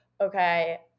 okay